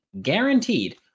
guaranteed